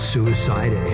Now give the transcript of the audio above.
Suicide